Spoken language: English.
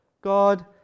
God